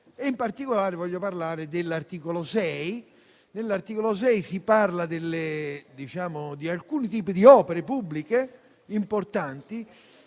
In particolare voglio parlare dell'articolo 6, che tratta di alcuni tipi di opere pubbliche importanti,